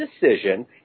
decision